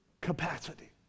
capacity